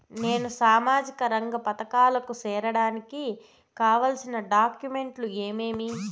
నేను సామాజిక రంగ పథకాలకు సేరడానికి కావాల్సిన డాక్యుమెంట్లు ఏమేమీ?